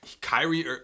Kyrie